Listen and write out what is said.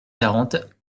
quarante